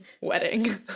Wedding